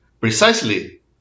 precisely